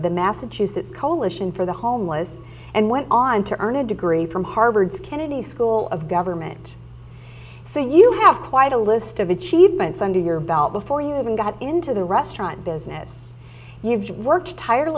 the massachusetts coalition for the homeless and went on to earn a degree from harvard kennedy school of government so you have quite a list of achievements under your belt before you even got into the restaurant business you've worked tire